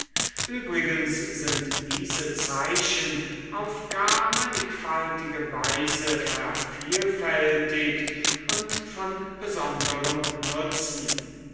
übrigens sind diese zeichen auf gar mannigfaltige weise vervielfältigt und von besonderem nutzen